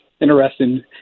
interesting